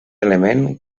element